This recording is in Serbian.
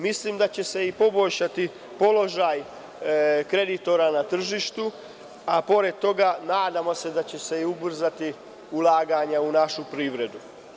Mislim da će se poboljšati položaj kreditora na tržištu, a pored toga, nadamo se, ubrzaće se ulaganja u našu privredu.